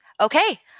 Okay